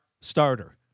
starter